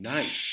Nice